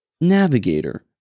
Navigator